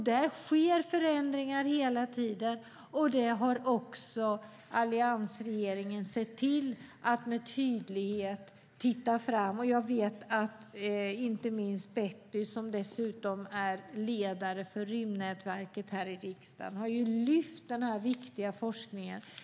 Där sker förändringar hela tiden, och alliansregeringen har tydligt sett till det. Jag vet att inte minst Betty, som dessutom är ledare för rymdnätverket här i riksdagen, har lyft fram den här viktiga forskningen.